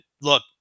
look